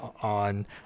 on